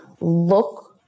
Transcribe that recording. look